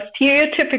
stereotypical